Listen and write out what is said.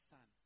Son